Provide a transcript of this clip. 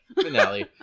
Finale